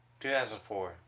2004